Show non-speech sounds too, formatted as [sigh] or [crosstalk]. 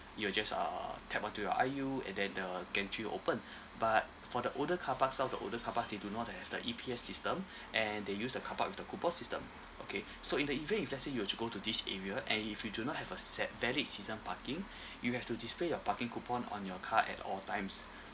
you'll just uh tap onto you I_U and then the gantry will open [breath] but for the older car parks all the older car park the do not have the E_P_S system [breath] and they use the car park with the coupon system okay [breath] so in the event if let's say you were to go to this area and if you do not have a set valid season parking [breath] you have to display your parking coupon on your car at all times [breath]